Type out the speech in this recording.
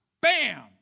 Bam